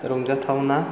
रंजाथावना